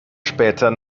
später